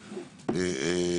תזכיר.